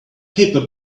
paper